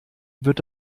wird